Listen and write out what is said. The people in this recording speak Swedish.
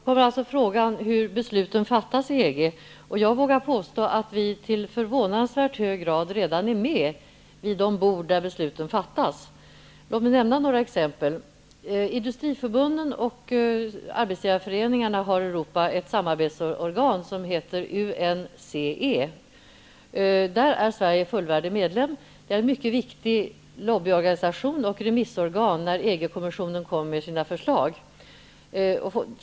Herr talman! Frågan var hur besluten fattas i EG. Jag vågar påstå att vi i förvånansvärt hög grad redan är med vid de bord där besluten fattas. Låt mig nämna några exempel. Industriförbunden och arbetsgivareföreningarna har i Europa ett samarbetsorgan som heter UNCE. Där är Sverige fullvärdig medlem. Det är en mycket viktig lobbyorganisation och ett remissorgan när EG-kommissionen kommer med sina förslag.